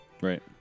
Right